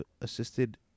assisted